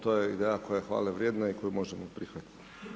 To je ideja koja je hvale vrijedna i koju možemo prihvatiti.